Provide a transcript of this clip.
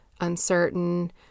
uncertain